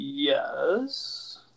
Yes